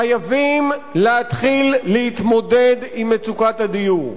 חייבים להתחיל להתמודד עם מצוקת הדיור,